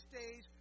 days